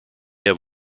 have